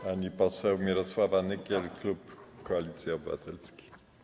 Pani poseł Mirosława Nykiel, klub Koalicji Obywatelskiej.